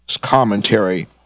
commentary